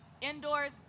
indoors